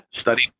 study